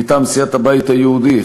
מטעם סיעת הבית היהודי,